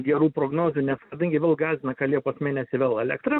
gerų prognozių nes kadangi vėl gąsdina kad liepos mėnesį vėl elektra